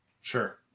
Sure